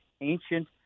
ancient